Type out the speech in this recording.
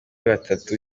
batatu